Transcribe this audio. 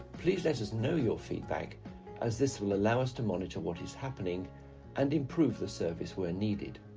please let us know your feedback as this will allow us to monitor what is happening and improve the service where needed.